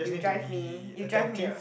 you drive me you drive me around